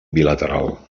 bilateral